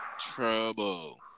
Trouble